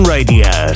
Radio